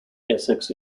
essex